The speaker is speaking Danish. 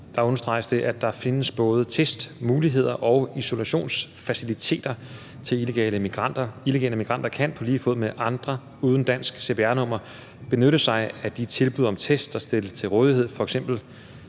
understreges det, at der findes både testmuligheder og isolationsfaciliteter til illegale migranter. Illegale migranter kan på lige fod med andre uden dansk cpr-nummer benytte sig af de tilbud om test, der stilles til rådighed for